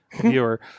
viewer